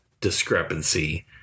discrepancy